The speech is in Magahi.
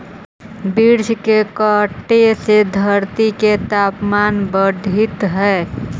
वृक्ष के कटे से धरती के तपमान बढ़ित हइ